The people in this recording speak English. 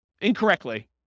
incorrectly